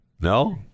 No